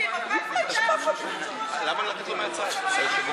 אחר כך הקואליציה מתרעמת שיש המון חוקים,